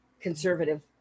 conservative